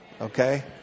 Okay